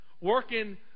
working